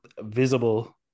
visible